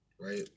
right